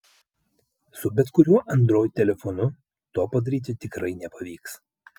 su bet kuriuo android telefonu to padaryti tikrai nepavyks